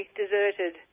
deserted